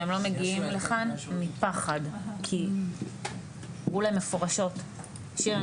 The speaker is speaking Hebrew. והם לא מגיעים לכאן מפחד כי אמרו להם מפורשות שאם הם